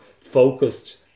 focused